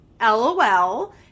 LOL